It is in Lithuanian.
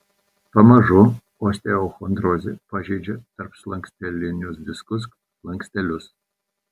pamažu osteochondrozė pažeidžia tarpslankstelinius diskus slankstelius